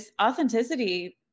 authenticity